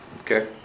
Okay